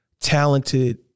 talented